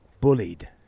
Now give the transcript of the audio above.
bullied